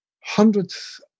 hundreds